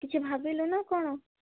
କିଛି ଭାବିଲୁ ନା କ'ଣ